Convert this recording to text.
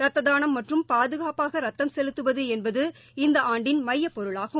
ரத்த தானம் மற்றும் பாதுகாப்பாக ரத்தம் செலுத்துவது என்பது இந்த ஆண்டின் மையப்பொருளாகும்